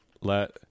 let